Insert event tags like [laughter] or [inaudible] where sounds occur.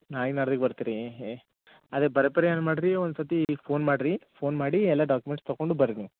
ನಾಳೆ ನಾಡ್ದಿಗೆ ಬರ್ತ್ರಿ ಅದೇ [unintelligible] ಏನು ಮಾಡ್ರಿ ಒಂದು ಸರ್ತಿ ಫೋನ್ ಮಾಡ್ರಿ ಫೋನ್ ಮಾಡಿ ಎಲ್ಲ ಡಾಕ್ಯುಮೆಂಟ್ಸ್ ತಕೊಂಡು ಬರ್ರಿ ನೀವು